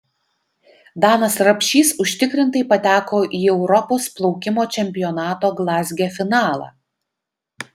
danas rapšys užtikrintai pateko į europos plaukimo čempionato glazge finalą